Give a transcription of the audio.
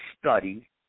Study